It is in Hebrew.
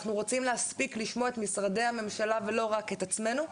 אנחנו רוצים להספיק לשמוע את משרדי הממשלה ולא רק את עצמנו.